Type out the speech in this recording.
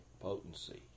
potency